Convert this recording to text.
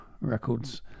Records